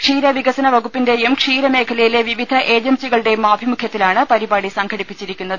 ക്ഷീരവികസനവകുപ്പിന്റെയും ക്ഷീരമേഖലയിലെ വിവിധ ഏജൻസികളുടെയും ആഭിമുഖ്യത്തിലാണ് പരിപാടി സംഘടിപ്പിച്ചിരിക്കുന്നത്